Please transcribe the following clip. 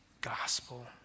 gospel